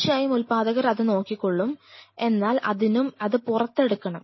തീർച്ചയായും ഉത്പാദകർ അത് നോക്കിക്കോളും എന്നാൽ അതിനും അത് പുറത്തെടുക്കണം